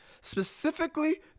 specifically